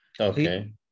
Okay